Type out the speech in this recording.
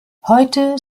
heute